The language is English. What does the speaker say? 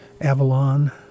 Avalon